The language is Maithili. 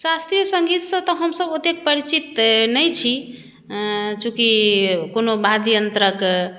शास्त्रीय सङ्गीतसँ तऽ हमसभ ओतेक परिचित नहि छी चूँकि कोनो वाद्य यन्त्रक